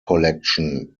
collection